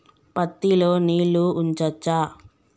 పత్తి లో నీళ్లు ఉంచచ్చా?